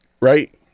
right